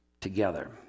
together